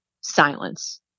silence